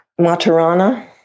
Maturana